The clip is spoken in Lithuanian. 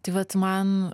tai vat man